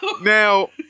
Now